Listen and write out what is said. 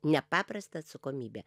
nepaprasta atsakomybė